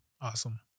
awesome